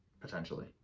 Potentially